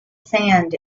sand